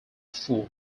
fool